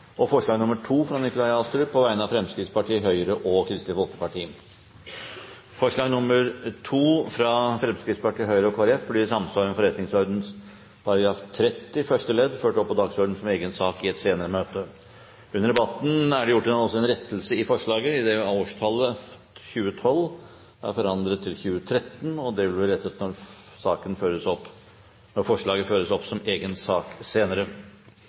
og andre tilstøtende lover og regelverk med formål å fjerne restriksjoner mot nye friluftsformer i norsk natur og åpne naturen for nye brukergrupper innenfor økologisk bærekraftige rammer.» Dette forslaget blir i samsvar med forretningsordenens § 30 fjerde ledd å føre opp på dagsordenen som egen sak i et senere møte. Under debatten er det også gjort en rettelse i forslaget, idet årstallet 2012 er forandret til 2013, og det vil bli rettet når forslaget føres opp som egen sak senere.